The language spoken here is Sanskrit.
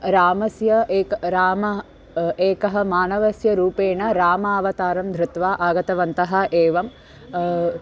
रामस्य एकः रामः एकः मानवस्य रूपेण रामावतारं धृत्वा आगतवन्तः एवं